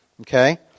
Okay